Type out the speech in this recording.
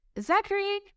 Zachary